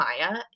Maya